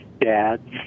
Dads